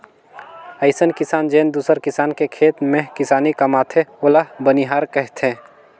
अइसन किसान जेन दूसर किसान के खेत में किसानी कमाथे ओला बनिहार केहथे